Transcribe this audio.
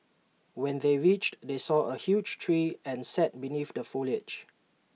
when they reached they saw A huge tree and sat beneath the foliage